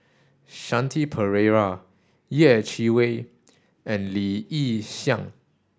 Shanti Pereira Yeh Chi Wei and Lee Yi Shyan